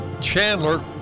Chandler